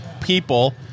people